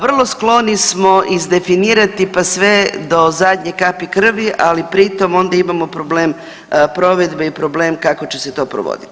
Vrlo skloni smo izdefinirati pa sve do zadnje kapi krvi, ali pri tom onda imamo problem provedbe i problem kako će se to provoditi.